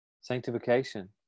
Sanctification